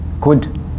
good